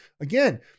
again